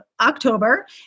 October